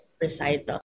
recital